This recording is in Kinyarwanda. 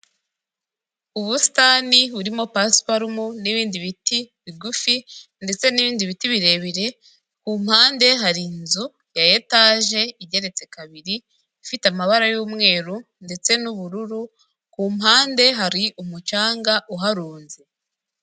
Ubusitani burimo pasiparumu n'ibindi biti bigufi ndetse n'ibindi biti birebire ku mpande hari inzu ya etage igeretse kabiri ifite amabara y'umweru ndetse n'ubururu kumpande hari umucanga uharunze .